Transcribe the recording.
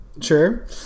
Sure